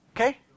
Okay